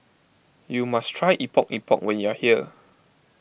you must try Epok Epok when you are here